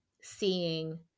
seeing